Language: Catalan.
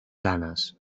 ganes